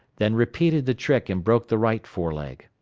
then repeated the trick and broke the right fore leg.